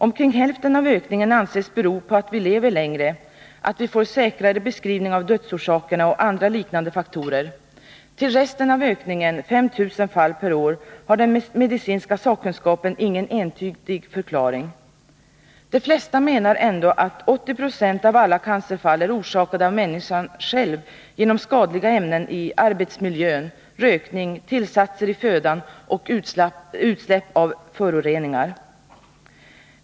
Omkring hälften av ökningen anses bero på att vi lever längre, att vi får säkrare beskrivning av dödsorsakerna och andra liknande faktorer. Till resten av ökningen — 5 000 fall per år — har den medicinska sakkunskapen ingen entydig förklaring. De flesta menar ändå att 80 96 av alla cancerfall är orsakade av människan själv genom skadliga ämnen i arbetsmiljön, rökning, tillsatser i födan och utsläpp av föroreningar.